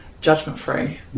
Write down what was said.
judgment-free